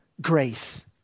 grace